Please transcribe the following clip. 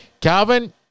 Calvin –